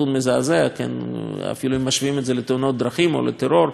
אפילו אם משווים את זה לתאונות דרכים או לטרור או לכל